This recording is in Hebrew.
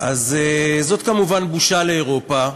אז זאת כמובן בושה לאירופה,